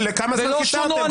לכמה זמן קיצרתם?